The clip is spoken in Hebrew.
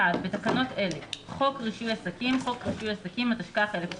1. בתקנות אלה "חוק רישוי עסקים" חוק רישוי עסקים התשכ"ח-1968.